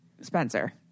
Spencer